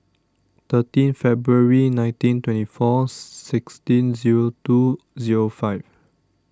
thirteen February nineteen twenty four sixteen zero two zero five